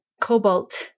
Cobalt